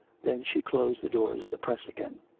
then she closed the doors of the press again.